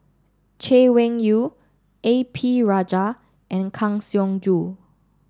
Chay Weng Yew A P Rajah and Kang Siong Joo